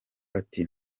ati